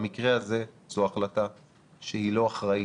במקרה הזה זו החלטה שהיא לא אחראית,